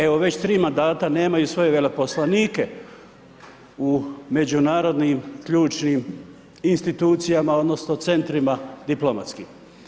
Evo već tri mandata nemaju svoje veleposlanike u međunarodnim ključnim institucijama odnosno centrima diplomatskim.